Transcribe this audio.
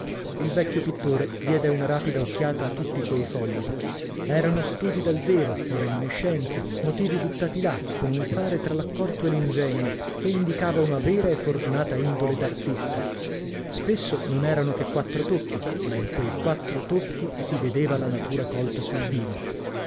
il vecchio pittore diede una rapida occhiata a tutti quei fogli erano studi dal vero o reminiscenze motivi buttati là con un fare tra l'accorto e l'ingenuo che indicava una vera e fortunata indole d'artista spesso non erano che quattro tocchi ma in quei quattro tocchi si vedeva la natura colta sul vivo